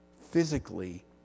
physically